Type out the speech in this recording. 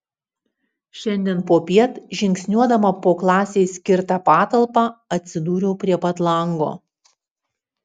šiandien popiet žingsniuodama po klasei skirtą patalpą atsidūriau prie pat lango